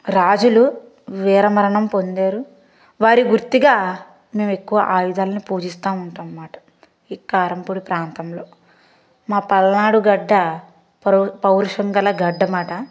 రాజులు వీరమరణం పొందారు వారి గుర్తుగా మేమెక్కువ ఆయుధాల్ని పూజిస్తావుంటారమాట ఈ కారంపూడి ప్రాంతంలో మా పల్నాడు గడ్డ పౌ పౌరుషం గల గడ్డమాట